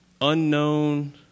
unknown